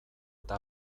eta